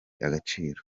agaciro